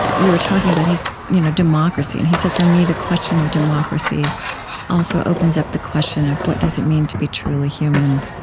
we were talking about you know democracy, and he said, for me, the question of democracy also opens up the question of what does it mean to be truly human.